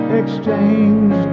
exchange